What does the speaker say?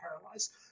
paralyzed